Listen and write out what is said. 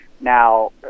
Now